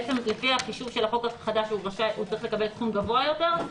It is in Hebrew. לפי החישוב של החוק החדש הוא צריך לקבל סכום גבוה יותר,